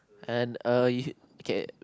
and uh okay